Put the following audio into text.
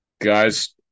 Guys